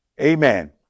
amen